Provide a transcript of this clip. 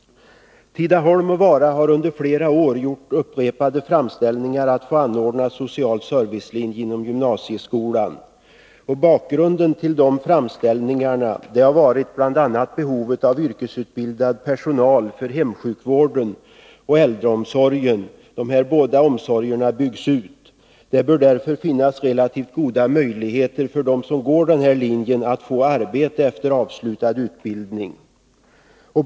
Tidaholm och Vara har under flera år gjort upprepade framställningar om att få anordna en social servicelinje inom gymnasieskolan. Bakgrunden till framställningarna har bl.a. varit behovet av yrkesutbildad personal för hemsjukvården och äldreomsorgen. Dessa båda omsorger byggs nu ut. Det bör därför finnas relativt goda möjligheter för dem som går denna linje att få arbete efter avslutad utbildning.